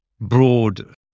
broad